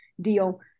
deal